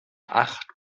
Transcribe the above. acht